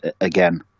again